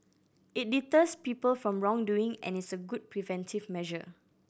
it deters people from wrongdoing and is a good preventive measure